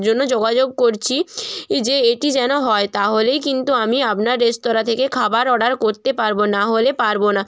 জন্য যোগাযোগ করছি ই যে এটি যেন হয় তাহলেই কিন্তু আমি আপনার রেস্তোরাঁ থেকে খাবার অর্ডার করতে পারব না হলে পারব না